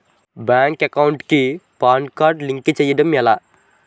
Bank account కి PAN card link చేయడం ఎలా?